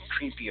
creepier